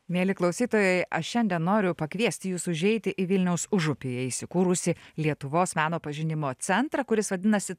mieli klausytojai aš šiandien noriu pakviesti jus užeiti į vilniaus užupyje įsikūrusį lietuvos meno pažinimo centrą kuris vadinasi